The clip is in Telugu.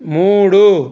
మూడు